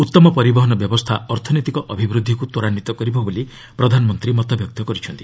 ଉତ୍ତମ ପରିବହନ ବ୍ୟବସ୍ଥା ଅର୍ଥନୈତିକ ଅଭିବୃଦ୍ଧିକୁ ତ୍ୱରାନ୍ୱିତ କରିବ ବୋଲି ପ୍ରଧାନମନ୍ତ୍ରୀ ମତବ୍ୟକ୍ତ କରିଛନ୍ତି